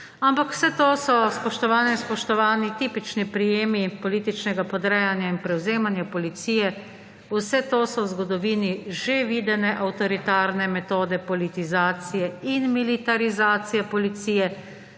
Ampak vse to so, spoštovane in spoštovani, tipični prijemi političnega podrejanja in prevzemanja policije. Vse to so v zgodovini že videne avtoritarne metode politizacije in militarizacije policije,